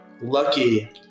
lucky